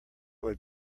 would